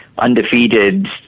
Undefeated